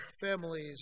families